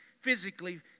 physically